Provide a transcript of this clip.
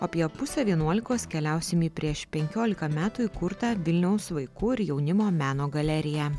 apie pusę vienuolikos keliausie į prieš penkiolika metų įkurtą vilniaus vaikų ir jaunimo meno galeriją